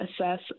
assess